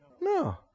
No